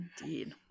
Indeed